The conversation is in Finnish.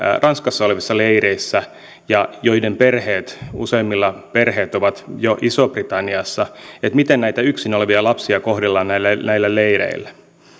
ranskassa olevissa leireissä ja joiden perheistä useimmat ovat jo isossa britanniassa ja sitä miten näitä yksin olevia lapsia kohdellaan näillä leireillä